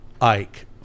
ike